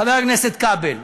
חבר הכנסת כבל,